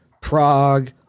Prague